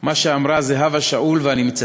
מה שאמרה זהבה שאול, ואני מצטט: